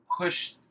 push